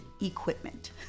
equipment